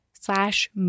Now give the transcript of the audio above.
slash